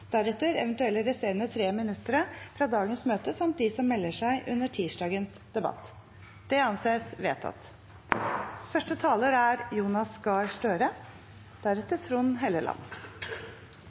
deretter eventuelt resterende 3-minuttere fra dagens møte samt de som melder seg under onsdagens debatt. – Det anses vedtatt.